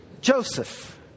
Joseph